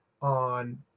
on